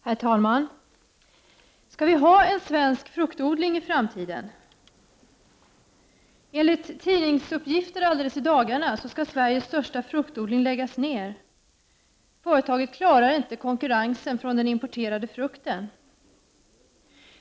Herr talman! Skall vi ha en svensk fruktodling i framtiden? Enligt tidningsuppgifter i dagarna skall Sveriges största fruktodling läggas ned; företaget klarar inte konkurrensen från den importerade frukten.